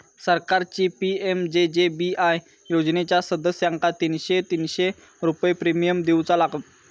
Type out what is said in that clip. सरकारची पी.एम.जे.जे.बी.आय योजनेच्या सदस्यांका तीनशे तीनशे रुपये प्रिमियम देऊचा लागात